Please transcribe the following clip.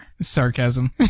Sarcasm